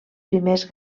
primers